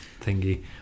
Thingy